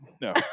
No